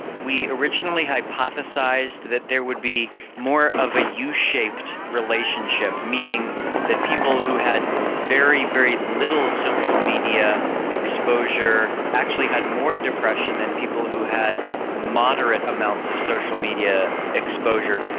we originally hypothesised that there would be more of a u-shaped relationship, meaning that people who had very, very little social media exposure actually had more depression than people who had moderate amounts of social media exposure.